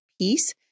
peace